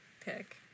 pick